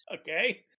okay